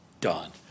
Done